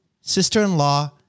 Sister-in-law